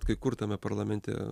kai kur tame parlamente